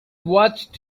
watched